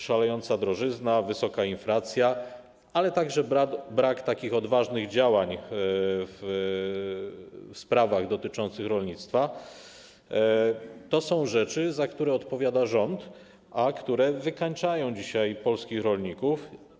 Szalejąca drożyzna, wysoka inflacja, ale także brak odważnych działań w sprawach dotyczących rolnictwa to są rzeczy, za które odpowiada rząd, a które wykańczają dzisiaj polskich rolników.